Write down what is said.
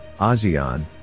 ASEAN